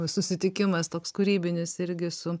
susitikimas toks kūrybinis irgi su